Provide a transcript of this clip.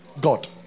God